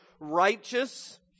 righteous